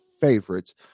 favorites